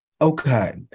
Okay